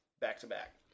back-to-back